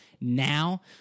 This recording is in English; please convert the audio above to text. Now